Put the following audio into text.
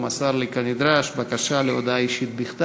הוא מסר לי, כנדרש, בקשה בכתב להודעה אישית.